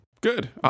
good